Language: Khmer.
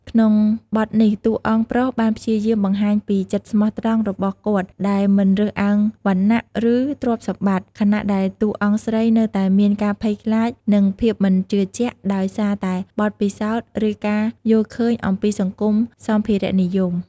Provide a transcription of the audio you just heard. ក្នុងបទនេះ តួអង្គប្រុសបានព្យាយាមបង្ហាញពី ចិត្តស្មោះត្រង់របស់គាត់ដែលមិនរើសអើងវណ្ណៈ ឬទ្រព្យសម្បត្តិ ខណៈដែលតួអង្គស្រីនៅតែមាន ការភ័យខ្លាច និងភាពមិនជឿជាក់ ដោយសារតែបទពិសោធន៍ ឬការយល់ឃើញអំពីសង្គមសម្ភារៈនិយម។